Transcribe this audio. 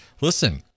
Listen